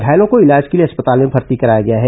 घायलों को इलाज के लिए अस्पताल में भर्ती कराया गया है